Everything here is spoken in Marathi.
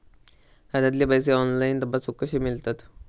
खात्यातले पैसे ऑनलाइन तपासुक कशे मेलतत?